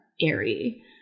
airy